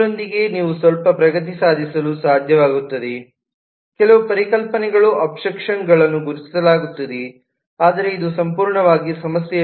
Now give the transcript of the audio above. ಇದರೊಂದಿಗೆ ನೀವು ಸ್ವಲ್ಪ ಪ್ರಗತಿ ಸಾಧಿಸಲು ಸಾಧ್ಯವಾಗುತ್ತದೆ ಕೆಲವು ಪರಿಕಲ್ಪನೆಗಳ ಅಬ್ಸ್ಟ್ರಾಕ್ಷನ್ ಗಳನ್ನು ಗುರುತಿಸಲಾಗುತ್ತದೆ ಆದರೆ ಇದು ಸಂಪೂರ್ಣವನ್ನು ಪರಿಹರಿಸುವುದಿಲ್ಲ ಸಮಸ್ಯೆಯ